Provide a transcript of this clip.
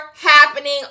happening